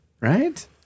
right